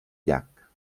llac